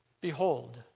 Behold